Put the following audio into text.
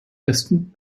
westen